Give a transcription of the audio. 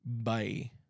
bye